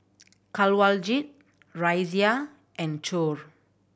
Kanwaljit Razia and Choor